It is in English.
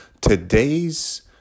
Today's